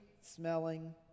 smelling